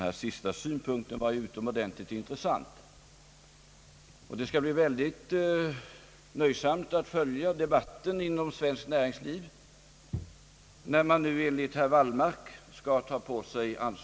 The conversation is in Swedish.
Från vilka områden skall vi ta folk?